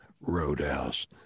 roadhouse